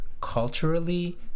culturally